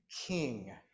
king